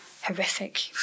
horrific